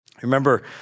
Remember